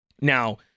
now